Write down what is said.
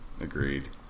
Agreed